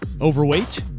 Overweight